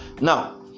now